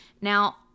Now